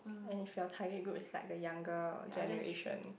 and if your target group is like the younger generation